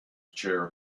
chair